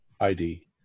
ID